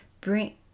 bring